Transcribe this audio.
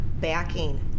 backing